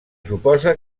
suposa